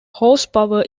horsepower